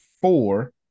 four